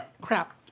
Crap